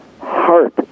heart